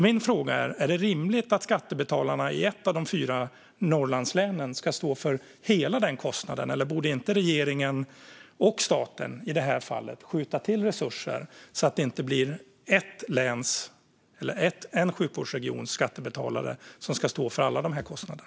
Min fråga är: Är det rimligt att skattebetalarna i ett av de fyra Norrlandslänen ska stå för hela kostnaden? Borde inte regeringen och staten, i det här fallet, skjuta till resurser så att det inte blir ett läns eller en sjukvårdsregions skattebetalare som får stå för alla kostnader?